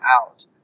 out